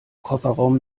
kofferraum